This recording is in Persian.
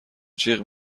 جیغ